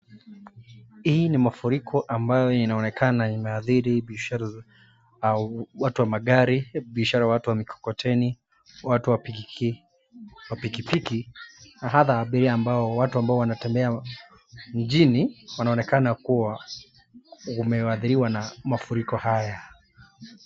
Hii ni mafuriko ambayo inaonekana imeadhiri biashara za watu wa magari, biashara ya watu wa mikokoteni, watu wa pikipiki na hata abiria, watu ambao wanatembea mjini wanaonekana kuwa wameadhiriwa na mafuriko haya.